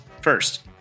first